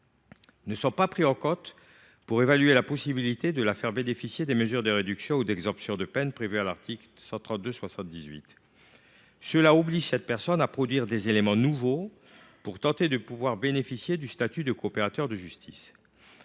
ne sont pas pris en compte pour évaluer la possibilité de la faire bénéficier des mesures de réduction ou d’exemption de peine prévues à l’article 132 78 du code pénal. Cela l’oblige à produire des éléments nouveaux pour pouvoir bénéficier du statut de coopérateur de justice.